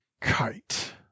kite